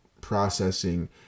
processing